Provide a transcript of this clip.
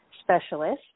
specialist